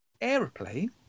Aeroplane